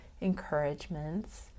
encouragements